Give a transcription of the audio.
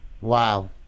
Wow